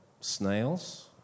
snails